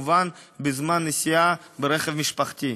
וכמובן בזמן הנסיעה ברכב המשפחתי.